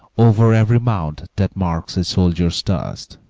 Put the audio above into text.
over every mound that marks a soldier's dust,